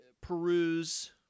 peruse